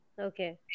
Okay